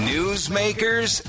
Newsmakers